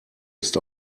ist